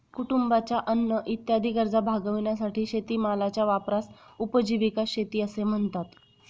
कुटुंबाच्या अन्न इत्यादी गरजा भागविण्यासाठी शेतीमालाच्या वापरास उपजीविका शेती असे म्हणतात